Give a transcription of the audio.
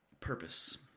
purpose